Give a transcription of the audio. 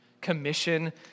Commission